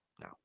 No